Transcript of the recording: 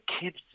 kids